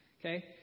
okay